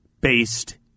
based